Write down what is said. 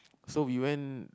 so we went